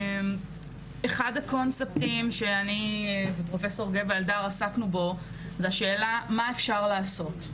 אחד הקונספטים שאני ופרופ' גבע אלדר עסקנו בו הוא השאלה מה אפשר לעשות,